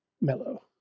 mellow